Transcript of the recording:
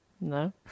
No